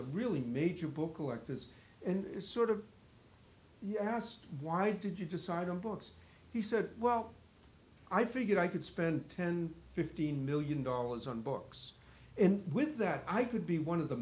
the really major book collectors and it's sort of you asked why did you decide on books he said well i figured i could spend ten fifteen million dollars on books and with that i could be one of the